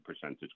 percentage